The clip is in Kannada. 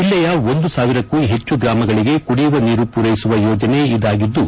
ಜಿಲ್ಲೆಯ ಒಂದು ಸಾವಿರಕ್ಕೂ ಹೆಚ್ಚು ಗ್ರಾಮಗಳಿಗೆ ಕುಡಿಯುವ ನೀರು ಪೂರೈಸುವ ಯೋಜನೆ ಇದಾಗಿದ್ದು